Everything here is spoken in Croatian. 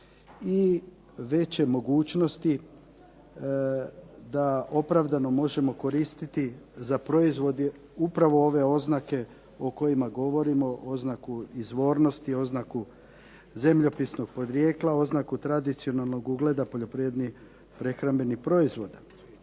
i veće mogućnosti da opravdano možemo koristiti za proizvode upravo ove oznake o kojima govorimo, oznaku izvornosti, oznaku zemljopisnog porijekla, oznaku tradicionalnog ugleda poljoprivrednih prehrambenih proizvoda.